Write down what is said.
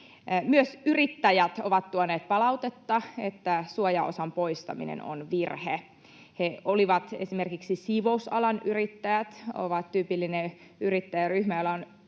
Myös yrittäjät ovat tuoneet palautetta, että suojaosan poistaminen on virhe. Esimerkiksi siivousalan yrittäjät ovat tyypillinen yrittäjäryhmä,